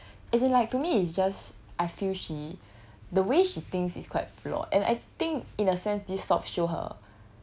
as in like to me it's just I feel she the way she thinks it's quite flout and I think in a sense this talk show her